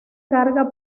carga